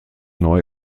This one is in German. neu